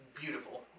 beautiful